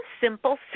simple